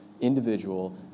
individual